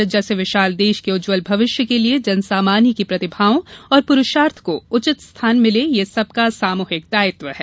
भारत जैसे विशाल देश के उज्जवल भविष्य के लिए जनसामान्य की प्रतिभाओं और पुरुषार्थ को उचित स्थान मिले यह सबका सामूहिक दायित्व है